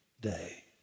day